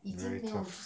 very tough